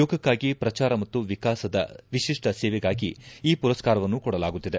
ಯೋಗಕ್ಕಾಗಿ ಪ್ರಚಾರ ಮತ್ತು ವಿಕಾಸದ ವಿಶಿಷ್ಟ ಸೇವೆಗಾಗಿ ಈ ಮರಸ್ಕಾರವನ್ನು ಕೊಡಲಾಗುತ್ತಿದೆ